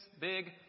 big